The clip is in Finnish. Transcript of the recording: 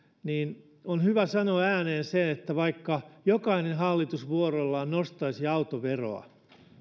on hyvä sanoa ääneen se että vaikka jokainen hallitus vuorollaan nostaisi autoveroa